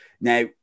Now